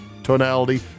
Tonality